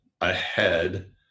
ahead